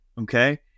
okay